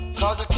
cause